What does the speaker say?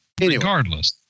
regardless